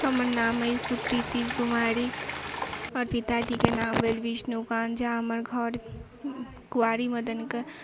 हमर नाम अछि सुकृति कुमारी आओर पिताजी क नाम भेल विष्णुकांत झा हमर घर क्वारी मदन